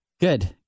Good